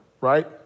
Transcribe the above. Right